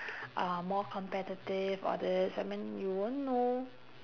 uh more competitive all this I mean you won't know